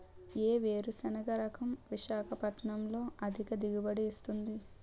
ఏ వేరుసెనగ రకం విశాఖపట్నం లో అధిక దిగుబడి ఇస్తుంది?